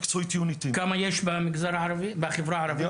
כמה יש בחברה הערבית?